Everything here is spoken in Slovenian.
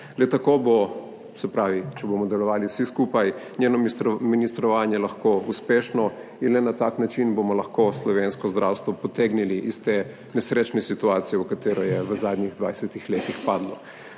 Le tako bo, se pravi, če bomo delovali vsi skupaj, njeno ministrovanje lahko uspešno in le na tak način bomo lahko slovensko zdravstvo potegnili iz te nesrečne situacije, v katero je v zadnjih 20 letih padlo.